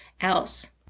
else